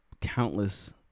countless